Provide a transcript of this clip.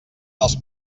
dels